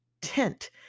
tent